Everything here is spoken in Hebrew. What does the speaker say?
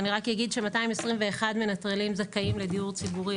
בחוק שוויון זכויות אנשים עם מוגבלויות יש